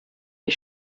die